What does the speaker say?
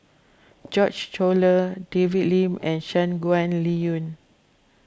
George Collyer David Lim and Shangguan Liuyun